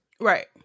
Right